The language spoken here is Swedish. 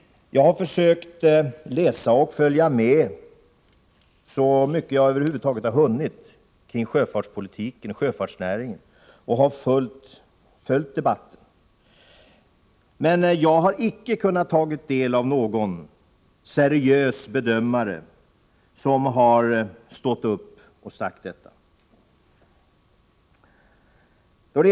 Jag har följt debatten om sjöfartspolitiken och sjöfartsnäringen så mycket som jag över huvud taget hunnit. Men jag har inte kunnat finna att någon seriös bedömare stått upp och sagt detta.